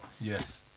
yes